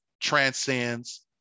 transcends